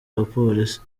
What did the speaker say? abapolisi